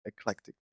eclectic